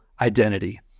identity